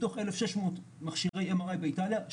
מתוך 1,600 מכשירי MRI באיטליה,